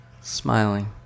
smiling